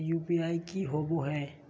UPI की होवे है?